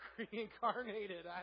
reincarnated